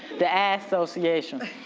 the association.